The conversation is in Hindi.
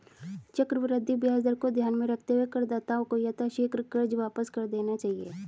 चक्रवृद्धि ब्याज दर को ध्यान में रखते हुए करदाताओं को यथाशीघ्र कर्ज वापस कर देना चाहिए